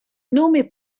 nome